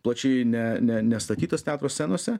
plačiai ne ne nestatytas teatro scenose